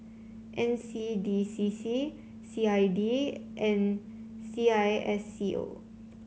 N C D C C C I D and C I S C O